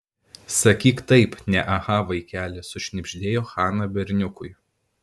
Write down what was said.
sakyk taip ne aha vaikeli sušnibždėjo hana berniukui